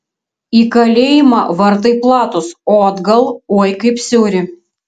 į kalėjimą vartai platūs o atgal oi kaip siauri